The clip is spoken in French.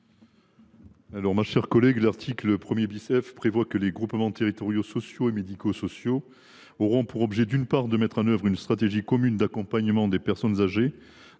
de la commission ? L’article 1 F prévoit que les groupements territoriaux sociaux et médico sociaux auront pour objet, d’une part, de mettre en œuvre une stratégie commune d’accompagnement des personnes âgées,